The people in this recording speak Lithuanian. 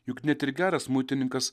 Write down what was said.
juk net ir geras muitininkas